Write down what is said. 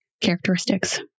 characteristics